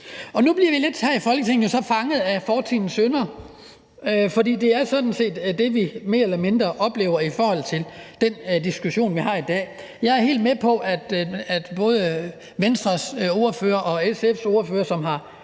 nu bliver vi jo så her i Folketinget lidt fanget af fortidens synder, for det er sådan set det, som vi mere eller mindre oplever i forhold til den diskussion, som vi har i dag. Jeg er helt med på, at både Venstres ordfører og SF's ordfører, som har